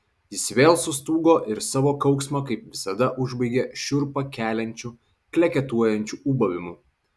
jis vėl sustūgo ir savo kauksmą kaip visada užbaigė šiurpą keliančiu kleketuojančiu ūbavimu